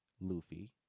luffy